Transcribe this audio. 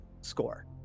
score